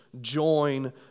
join